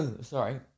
sorry